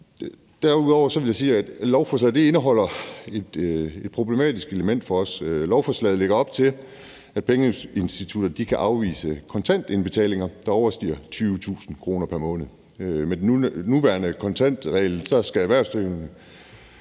Derudover vil jeg sige, at lovforslaget indeholder et problematisk element for os. Lovforslaget lægger op til, at pengeinstitutter kan afvise kontantindbetalinger, der overstiger 20.000 kr. pr. måned. Med den nuværende kontantregel skal erhvervsdrivende